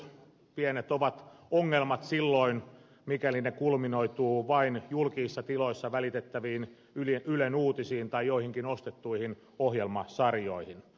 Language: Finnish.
mielestäni pienet ovat ongelmat silloin mikäli ne kulminoituvat vain julkisissa tiloissa välitettäviin ylen uutisiin tai joihinkin ostettuihin ohjelmasarjoihin